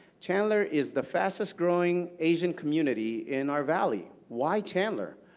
chandler is the fastest growing asian community in our valley. why chandler?